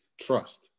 trust